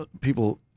people